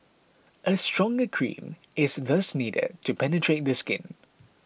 a stronger cream is thus needed to penetrate the skin